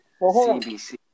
CBC